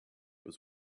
was